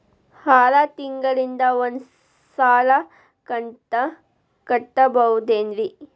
ಆರ ತಿಂಗಳಿಗ ಒಂದ್ ಸಲ ಕಂತ ಕಟ್ಟಬಹುದೇನ್ರಿ?